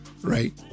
right